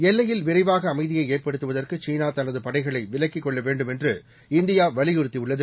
எல்லையில்விரைவாகஅமைதியைஏற்படுத்துவதற்கு சீனாதனதுபடைகளைவிலக்கிக்கொள்ளவேண்டும்என்று இந்தியாவலியுறுத்திஉள்ளது